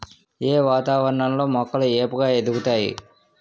ఏ వాతావరణం లో మొక్కలు ఏపుగ ఎదుగుతాయి?